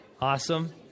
Awesome